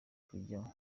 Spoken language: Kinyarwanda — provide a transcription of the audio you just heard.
kujya